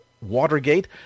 Watergate